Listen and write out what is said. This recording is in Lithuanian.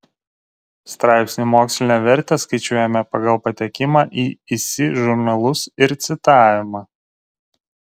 straipsnių mokslinę vertę skaičiuojame pagal patekimą į isi žurnalus ir citavimą